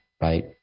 right